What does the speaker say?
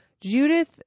Judith